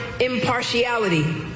impartiality